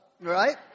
right